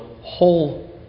whole